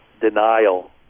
denial